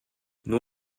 nur